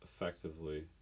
effectively